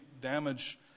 damage